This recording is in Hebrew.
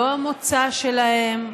לא המוצא שלהם,